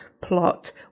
plot